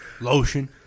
Lotion